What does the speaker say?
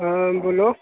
हां बोल्लो